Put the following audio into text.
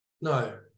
No